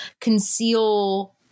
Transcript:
conceal